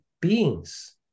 beings